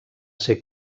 ser